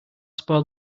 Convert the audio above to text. spoil